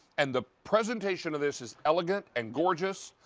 and the presentation of this is elegant and gorgeous,